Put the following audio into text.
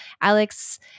Alex